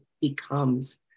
becomes